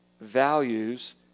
values